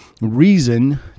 reason